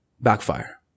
backfire